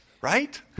right